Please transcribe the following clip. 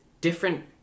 different